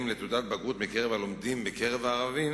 לתעודת בגרות מקרב הלומדים בקרב הערבים